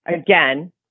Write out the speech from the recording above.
Again